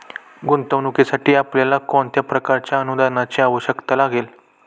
गुंतवणुकीसाठी आपल्याला कोणत्या प्रकारच्या अनुदानाची आवश्यकता लागेल?